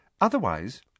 Otherwise